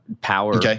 power